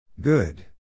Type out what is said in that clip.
Good